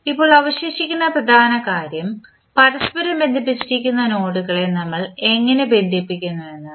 ഇപ്പോൾ അവശേഷിക്കുന്ന പ്രധാന കാര്യം പരസ്പരം ബന്ധിപ്പിച്ചിരിക്കുന്ന നോഡുകളെ നമ്മൾ എങ്ങനെ ബന്ധിപ്പിക്കും എന്നതാണ്